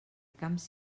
camps